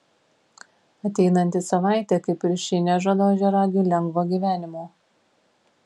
ateinanti savaitė kaip ir ši nežada ožiaragiui lengvo gyvenimo